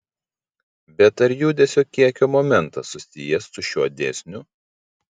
bet ar judesio kiekio momentas susijęs su šiuo dėsniu